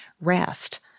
rest